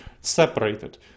separated